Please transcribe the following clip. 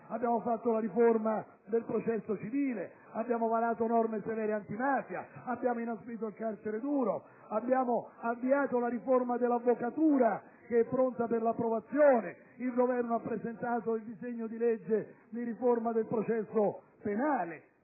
Abbiamo varato la riforma del processo civile e norme severe antimafia; abbiamo inasprito il carcere duro; abbiamo avviato la riforma dell'avvocatura, che è pronta per l'approvazione; il Governo ha presentato il disegno di legge di riforma del processo penale.